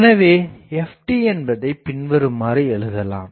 எனவே ft என்பதை பின்வருமாறு எழுதலாம்